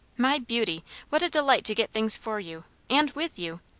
my beauty what a delight to get things for you and with you!